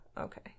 okay